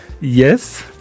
yes